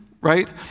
right